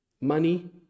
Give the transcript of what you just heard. Money